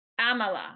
Amala